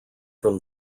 from